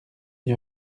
n’y